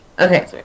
okay